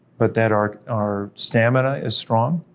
but that our our stamina is strong,